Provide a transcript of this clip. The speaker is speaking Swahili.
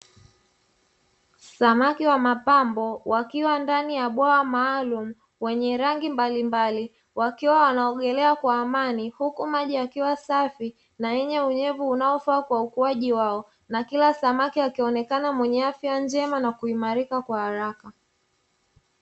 Samaki wa mapambo wakiwa ndani ya bwawa maalumu wenye rangi mbalimbali wakiwa wanaogelea kwa amani, huku maji yakiwa safi na yenye unyevu unaofaa kwa ukuaji wao, na kila samaki akionekana mwenye afya njema na kuimarika kwa haraka.